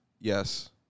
Yes